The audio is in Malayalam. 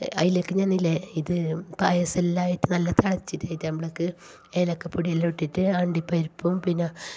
അതിലേക്ക് ഞാനില്ലേ ഇത് പായസം എല്ലാമായിട്ടു നല്ല തിളച്ചിട്ടു വരുമ്പോഴേക്ക് ഏലക്കപൊടിയെല്ലാം ഇട്ടിട്ടു അണ്ടിപ്പരിപ്പും